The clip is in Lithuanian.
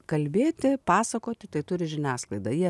kalbėti pasakoti tai turi žiniasklaida jie